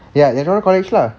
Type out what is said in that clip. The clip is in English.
ya the electorial college lah